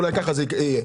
אולי ככה זה יהיה.